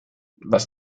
was